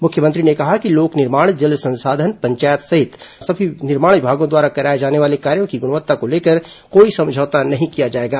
मुख्यमंत्री ने कहा कि लोक निर्माण जल संसाधन पंचायत सहित सभी निर्माण विभागों द्वारा कराए जाने वाले कार्यों की गुणवत्ता को लेकर कोई समझौता नही किया जाएगा